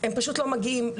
זה מופיע במסמך,